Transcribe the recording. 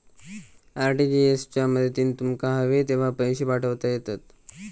RTGS च्या मदतीन तुमका हवे तेव्हा पैशे पाठवता येतत